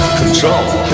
control